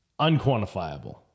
unquantifiable